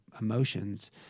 emotions